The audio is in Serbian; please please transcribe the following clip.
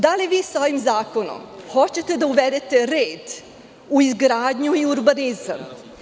Da li vi sa ovim zakonom hoćete da uvedete red u izgradnju i urbanizam?